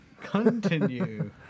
continue